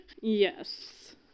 Yes